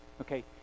Okay